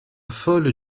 folle